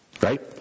Right